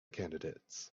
candidates